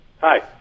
Hi